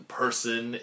person